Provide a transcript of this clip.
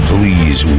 Please